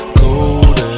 cold